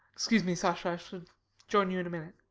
excuse me, sasha, i shall join you in a minute.